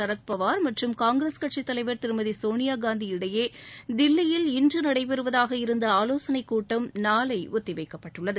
சரத்பவார் மற்றும் காங்கிரஸ் கட்சித் தலைவர் திருமதி சோனியா காந்தி இடையே தில்லியில் இன்று நடைபெறுவதாக இருந்த ஆலோசனைக் கூட்டம் நாளை ஒத்திவைக்கப்பட்டுள்ளது